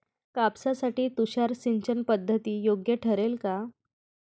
कापसासाठी तुषार सिंचनपद्धती योग्य ठरेल का?